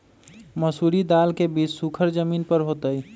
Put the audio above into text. मसूरी दाल के बीज सुखर जमीन पर होतई?